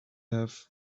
have